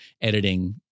editing